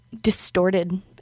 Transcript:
distorted